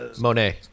Monet